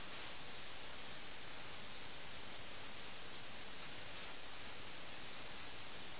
അതിനാൽ അയാൾക്ക് സൈനികരുടെ ഒരു സംഘത്തെ പരിപാലിക്കേണ്ടതുണ്ട് ഒരു യുദ്ധത്തിന് ആവശ്യമായി വരുമ്പോൾ അവരെ രാജാവിന്റെ അടുത്തേക്ക് അയയ്ക്കണം